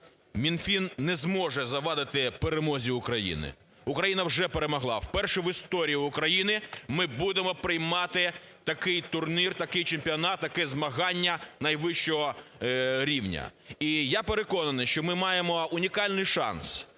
Мінфін не зможе завадити перемозі України. Україна вже перемогла. Вперше в історії України ми будемо приймати такий турнір, такий чемпіонат, таке змагання найвищого рівня. І я переконаний, що ми маємо унікальний шанс